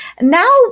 Now